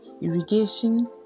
Irrigation